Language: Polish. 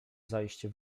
zajście